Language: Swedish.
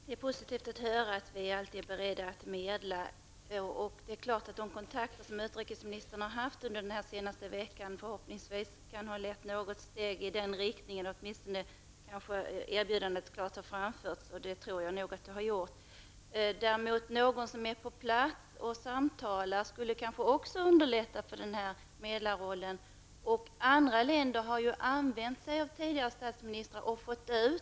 Herr talman! Det är positivt att höra att Sverige alltid är berett att medla. De kontakter som utrikesministern har haft under den senaste veckan kan förhoppningsvis ha lett något steg i den riktningen. Åtminstone har kanske ett erbjudande klart framförts -- och det tror jag har skett. Någon som på plats kunde föra samtal skulle kanske också underlätta för medlarrollen. Andra länder har använt sig av tidigare statsministrar och fått ut människor.